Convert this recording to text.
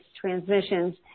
transmissions